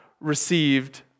received